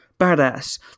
badass